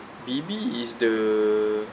B_B is the